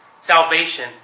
salvation